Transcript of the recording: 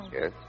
Yes